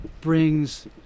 brings